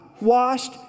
washed